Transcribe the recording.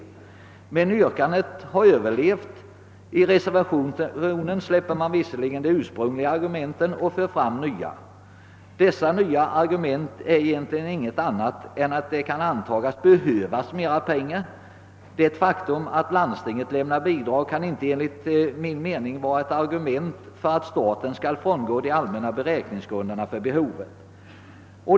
Yrkandet har emellertid överlevt. I reservationen frångår man visserligen de ursprungliga argumenten och framför nya. Dessa nya argument innebär egentligen ingenting annat än att det kan komma att behövas mera pengar. Det faktum att landstinget lämnar bidrag kan inte enligt min mening vara ett argument för att staten skall frångå de allmänna beräkningsgrunderna för behovet.